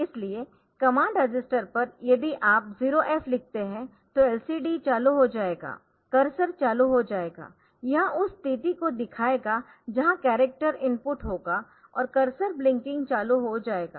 इसलिए command register पर यदि आप 0f लिखते है तो LCD चालू हो जाएगा कर्सर चालू रहेगा यह उस स्थिति को दिखाएगा जहां कॅरक्टर इनपुट होगा और कर्सर ब्लिंकिंग चालू हो जाएगा